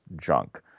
junk